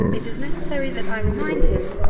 it is necessary that i remind him,